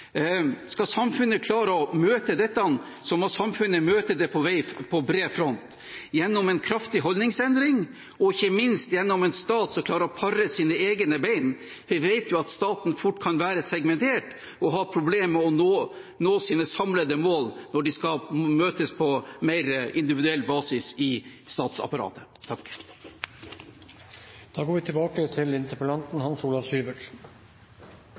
Skal samfunnet klare å møte dette, må samfunnet møte det på bred front, gjennom en kraftig holdningsendring, og ikke minst gjennom en stat som klarer å pare sine egne bein. Vi vet jo at staten fort kan være segmentert og ha problemer med å nå sine samlede mål, når de skal møtes på mer individuell basis i statsapparatet.